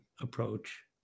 approach